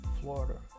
Florida